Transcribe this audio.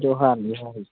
ᱡᱚᱦᱟᱨ ᱡᱚᱦᱟᱨ